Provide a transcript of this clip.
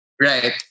Right